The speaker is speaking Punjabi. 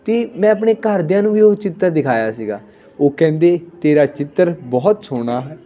ਅਤੇ ਮੈਂ ਆਪਣੇ ਘਰ ਦਿਆਂ ਨੂੰ ਵੀ ਉਹ ਚਿੱਤਰ ਦਿਖਾਇਆ ਸੀਗਾ ਉਹ ਕਹਿੰਦੇ ਤੇਰਾ ਚਿੱਤਰ ਬਹੁਤ ਸੋਹਣਾ